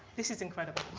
this is incredible.